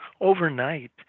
overnight